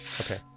Okay